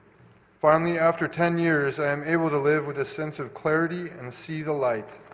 finally after ten years i am able to live with a sense of clarity and see the light.